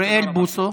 אוריאל בוסו,